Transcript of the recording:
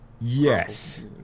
Yes